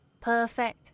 Perfect